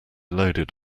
loaded